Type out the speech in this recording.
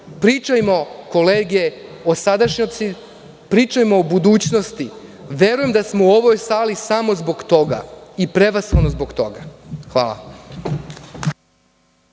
Pričajmo, kolege, o sadašnjosti, pričajmo o budućnosti. Verujem da smo u ovoj sali samo zbog toga i prevashodno zbog toga. Hvala.